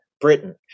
Britain